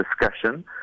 discussion